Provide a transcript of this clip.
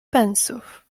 pensów